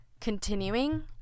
continuing